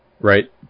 Right